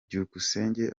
byukusenge